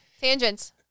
Tangents